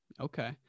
Okay